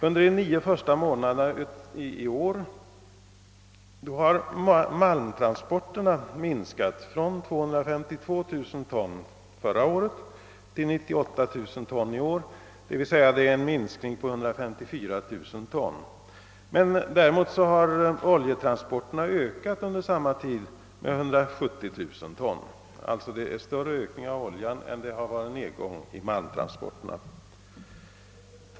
Under de nio första månaderna i år har malmtransporterna minskat från 252 000 ton förra året till 98 000 ton, d.v.s. en minskning på 154 000 ton. Däremot har oljetransporterna ökat under samma tid med 170 000 ton. Ökningen av oljetransporterna är alltså större än nedgången i malmtransporterna.